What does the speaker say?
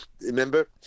remember